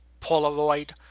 Polaroid